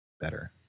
better